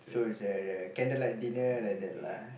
so is there there candlelight dinner like that lah